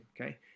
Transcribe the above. okay